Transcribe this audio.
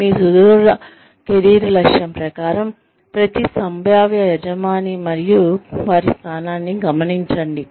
మీ సుదూర కెరీర్ లక్ష్యం ప్రకారం ప్రతి సంభావ్య యజమాని మరియు వారి స్థానాన్ని గమనించండి